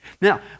Now